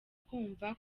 kumva